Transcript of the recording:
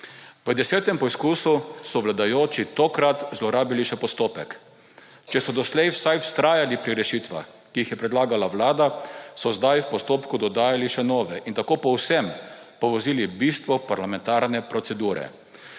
desetem poizkusu so vladajoči tokrat zlorabili še postopek. Če so doslej vsaj vztrajali pri rešitvah, ki jih je predlagala vlada, so zdaj v postopku dodajali še nove in tako povsem povozili bistvo parlamentarne procedure.